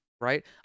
right